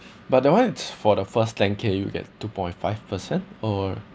but that one it's for the first ten k you get two point five percent or